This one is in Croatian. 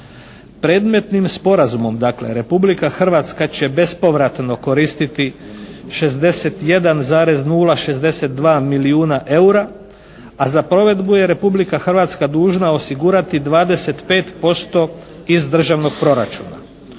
Predmetnim sporazumom, dakle Republika Hrvatska će bespovratno koristiti 61,0, 62 milijuna eura, a za provedbu je Republika Hrvatska dužna osigurati 25% iz državnog proračuna.